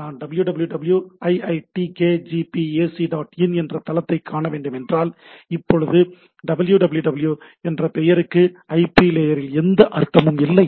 நான் www iitkgp ac dot in என்ற தளத்தை காணவேண்டும் என்றால் இப்போது www என்ற பெயருக்கு ஐபி லேயரில் எந்த அர்த்தமும் இல்லை